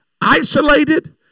isolated